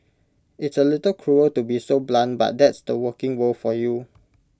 it's A little cruel to be so blunt but that's the working world for you